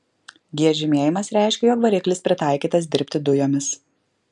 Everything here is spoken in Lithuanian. g žymėjimas reiškė jog variklis pritaikytas dirbti dujomis